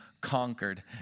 conquered